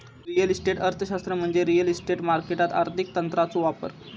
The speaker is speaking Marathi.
रिअल इस्टेट अर्थशास्त्र म्हणजे रिअल इस्टेट मार्केटात आर्थिक तंत्रांचो वापर